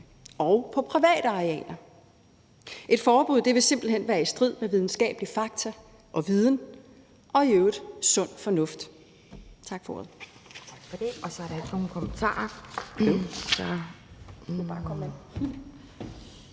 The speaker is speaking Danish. og på private arealer. Et forbud vil simpelt hen være i strid med videnskabelige fakta og viden og i øvrigt i strid med sund fornuft. Tak for ordet.